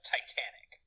Titanic